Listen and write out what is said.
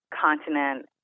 continent